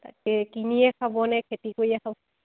তাকে কিনিয়ে খাবনে খেতি কৰিয়ে খাব